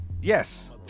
Yes